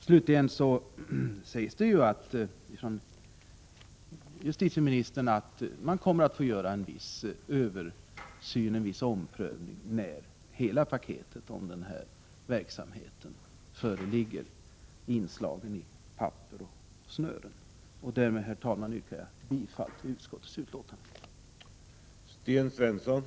Slutligen har justitieministern sagt att man kommer att få göra en översyn och omprövning när hela paketet med denna verksamhet föreligger inslagen i papper och med snöre. Därmed, herr talman, yrkar jag bifall till utskottets förslag.